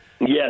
Yes